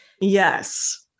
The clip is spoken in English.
yes